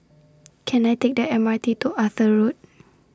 Can I Take The M R T to Arthur Road